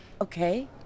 Okay